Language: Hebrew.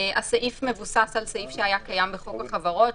הסעיף מבוסס על סעיף שהיה קיים בחוק החברות,